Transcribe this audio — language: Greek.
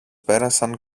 πέρασαν